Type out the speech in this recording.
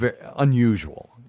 unusual